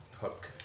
hook